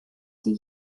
sie